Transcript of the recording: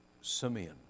Simeon